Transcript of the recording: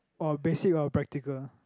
or basic or practical